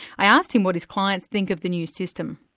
i asked him what his clients think of the new system.